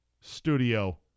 studio